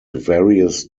various